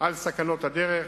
על סכנות הדרך.